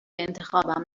انتخابم